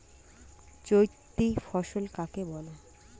চৈতি ফসল কাকে বলে?